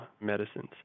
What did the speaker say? medicines